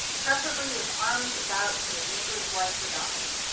preferably with arms about your neighbor's wife or daughter.